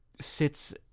sits